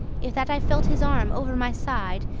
if that i felt his arm over my side,